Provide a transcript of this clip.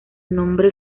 nombre